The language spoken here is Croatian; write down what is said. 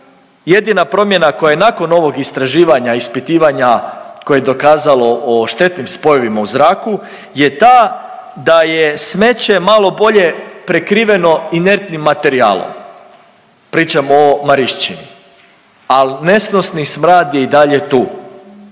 jedina promjena koja je nakon ovog istraživanja, ispitivanja koje je dokazalo o štetnim spojevima u zraku, je ta da je smeće malo bolje prekriveno inertnim materijalom, pričam o Marišćini, ali nesnosni smrad je i dalje tu.